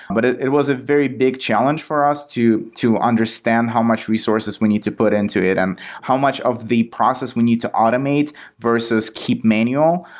but it it was a very big challenge for us to to understand how much resources we need to put into it and how much of the process we need to automate versus keep manual.